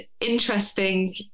interesting